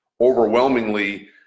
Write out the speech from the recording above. overwhelmingly